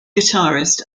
guitarist